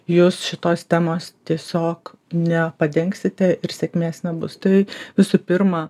jūs šitos temos tiesiog nepadengsite ir sėkmės nebus tai visų pirma